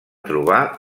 trobar